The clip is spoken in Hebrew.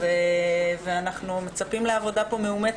ואנחנו מצפים פה לעבודה מאומצת,